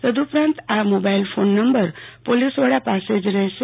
તદઉપરાંત આ mobile phone નંબર પોલીસ વડા પાસે જ રહેશે